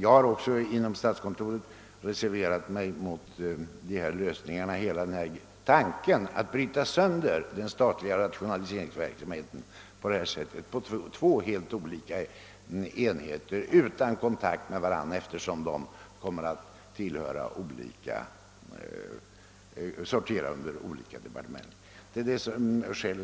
Jag har också inom statskontoret reserverat mig mot denna tanke att bryta sönder den statliga rationaliseringsverksamheten i två helt skilda enheter utan kontakt med varandra, eftersom de kommer att sortera under olika departement. Därför har jag